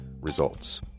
Results